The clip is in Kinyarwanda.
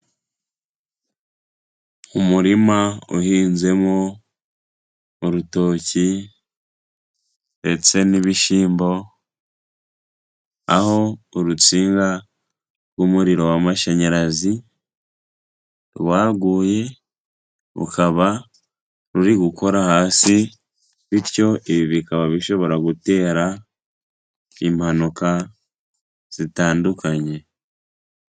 Umurima uhinzemo urutoki ndetse n'ibishyimbo aho urutsinga rw'umuriro w'amashanyarazi rwaguye rukaba ruri gukora hasi bityo ibi bikaba bishobora gutera impanuka zitandukanye.